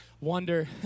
wonder